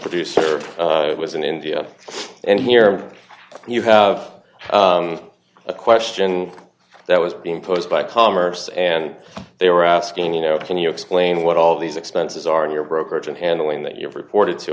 producer was in india and here you have a question that was being posed by commerce and they were asking you know can you explain what all these expenses are in your brokerage and handling that you've report